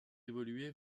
évolué